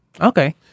okay